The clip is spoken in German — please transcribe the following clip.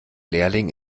lehrling